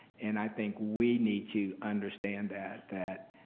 and i think we need to understand that that